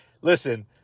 Listen